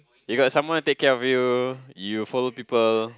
they got someone take care of you you follow people